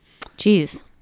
jeez